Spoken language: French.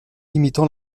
imitant